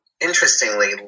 interestingly